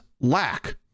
lack